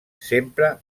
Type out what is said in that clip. sempre